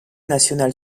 nationale